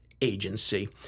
agency